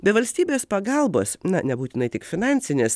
be valstybės pagalbos na nebūtinai tik finansinės